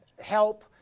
help